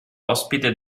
ospite